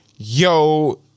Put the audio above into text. Yo